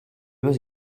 must